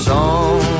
Song